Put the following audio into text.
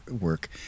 work